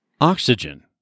Oxygen